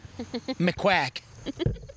McQuack